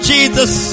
Jesus